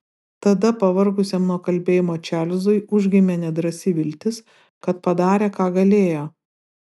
tada pavargusiam nuo kalbėjimo čarlzui užgimė nedrąsi viltis kad padarė ką galėjo